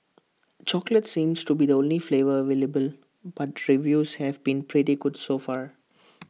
chocolate seems to be the only flavour available but reviews have been pretty good so far